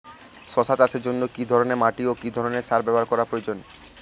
শশা চাষের জন্য কি ধরণের মাটি ও কি ধরণের সার ব্যাবহার করা প্রয়োজন?